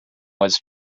was